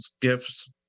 gifts